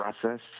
process